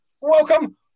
welcome